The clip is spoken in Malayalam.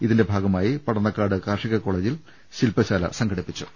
ഇതിന്റെ ഭാഗമായി പടന്നക്കാട് കാർഷികകോളജിൽ ശില്പശാല സംഘടിപ്പിച്ചു